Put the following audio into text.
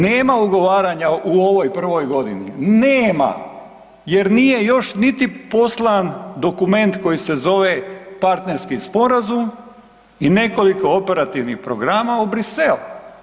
Nema ugovaranja u ovoj prvoj godini, nema jer nije još niti poslan dokument koji se zove „partnerski sporazum“ i nekoliko operativnih programa u Brisel.